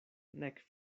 nek